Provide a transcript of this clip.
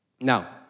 Now